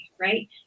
right